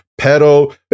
pedo